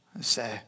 Say